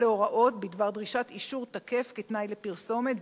להוראות בדבר דרישת אישור תקף כתנאי לפרסומת,